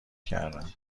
کردم